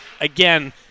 again